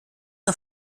auf